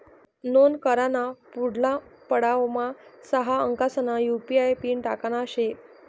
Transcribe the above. नोंद कराना पुढला पडावमा सहा अंकसना यु.पी.आय पिन टाकना शे